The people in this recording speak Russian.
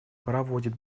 проводит